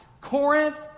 Corinth